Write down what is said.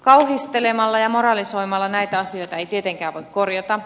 kauhistelemalla ja moralisoimalla näitä asioita ei tietenkään voi korjata